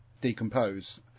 decompose